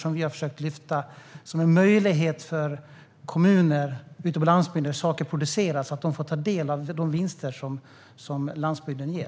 Det har vi försökt lyfta fram som en möjlighet för kommuner ute på landsbygden - där saker produceras - att ta del av de vinster som landsbygden ger.